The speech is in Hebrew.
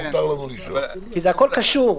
זה הכול קשור.